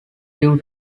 due